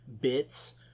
bits